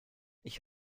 ich